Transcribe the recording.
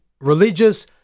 religious